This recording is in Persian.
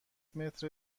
متر